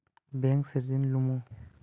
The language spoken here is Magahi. बैंक से ऋण लुमू?